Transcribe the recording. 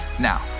Now